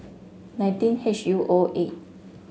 nineteen H U O eight